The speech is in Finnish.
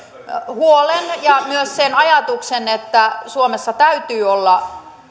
huolen ja myös sen ajatuksen että suomessa täytyy olla